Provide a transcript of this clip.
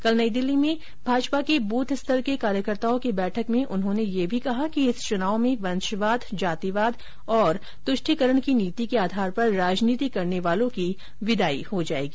कल नई दिल्ली में भाजपा के बूथ स्तर के कार्यकर्ताओं की बैठक में उन्होंने यह भी कहा कि इस चुनाव में वंशवाद जातिवाद और तुष्टिकरण की नीति के आधार पर राजनीति करने वालों की विदाई हो जायेगी